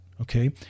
Okay